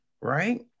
right